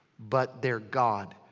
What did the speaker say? but their god.